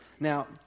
Now